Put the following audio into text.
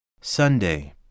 Sunday